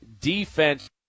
Defense